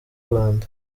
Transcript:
rwanda